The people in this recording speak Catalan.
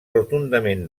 rotundament